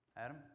Adam